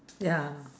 ya